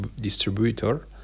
distributor